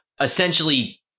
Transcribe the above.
essentially